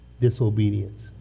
disobedience